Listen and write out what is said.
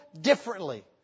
differently